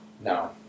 No